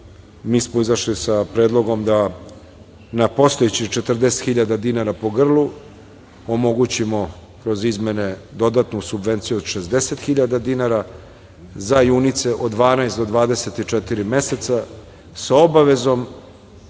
mi smo izašli sa predlogom da postojećih 40 hiljada po grlu, omgućimo kroz izmene dodatnu subvenciju od 60 hiljada dinara, za junice od 12 do 24 meseca, sa obavezom